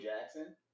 Jackson